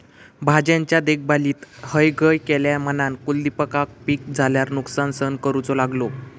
भाज्यांच्या देखभालीत हयगय केल्यान म्हणान कुलदीपका पीक झाल्यार नुकसान सहन करूचो लागलो